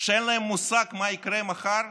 שאין להם מושג מה יקרה מחר,